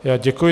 Já děkuji.